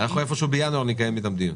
איפשהו בינואר אנחנו נקיים איתם דיון